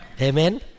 Amen